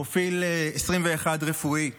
פרופיל 21 רפואי.